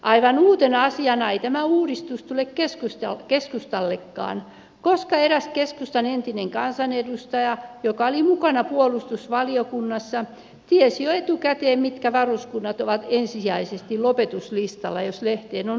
aivan uutena asiana ei tämä uudistus tule keskustallekaan koska eräs keskustan entinen kansanedustaja joka oli mukana puolustusvaliokunnassa tiesi jo etukäteen mitkä varuskunnat ovat ensisijaisesti lopetuslistalla jos lehteen on uskomista